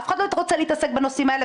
אף אחד לא רוצה להתעסק בנושאים האלה.